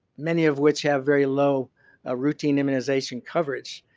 many of which have very low ah routine immunization coverage.